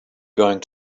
going